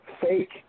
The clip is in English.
fake